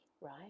right